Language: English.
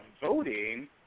voting